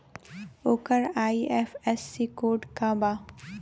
ओकर IFSC code का बा?